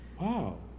Wow